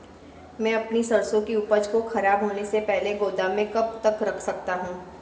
मैं अपनी सरसों की उपज को खराब होने से पहले गोदाम में कब तक रख सकता हूँ?